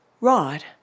Rod